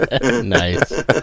Nice